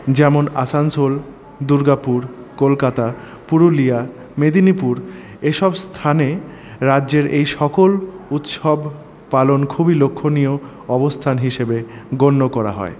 যেমন আসানসোল দুর্গাপুর কলকাতা পুরুলিয়া মেদিনীপুর এসব স্থানে রাজ্যের এই সকল উৎসব পালন খুবই লক্ষ্যণীয় অবস্থান হিসেবে গণ্য করা হয়